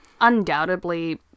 undoubtedly